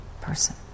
person